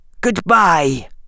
goodbye